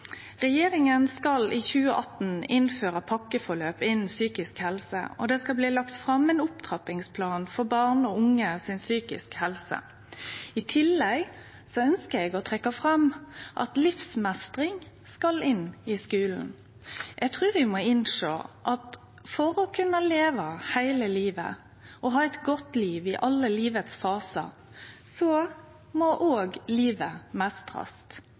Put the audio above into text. Regjeringa skal i 2018 innføre pakkeforløp innan psykisk helse. Det skal bli lagt fram ein opptrappingsplan for barn og unge si psykiske helse. I tillegg ønskjer eg å trekkje fram at livsmeistring skal inn i skulen. Eg trur vi må innsjå at for å kunne leve heile livet – og ha eit godt liv i alle fasane av livet – må ein òg meistre livet,